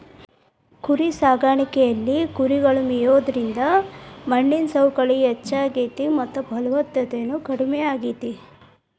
ಕುರಿಸಾಕಾಣಿಕೆಯಲ್ಲಿ ಕುರಿಗಳು ಮೇಯೋದ್ರಿಂದ ಮಣ್ಣಿನ ಸವಕಳಿ ಹೆಚ್ಚಾಗ್ತೇತಿ ಮತ್ತ ಫಲವತ್ತತೆನು ಕಡಿಮೆ ಆಗ್ತೇತಿ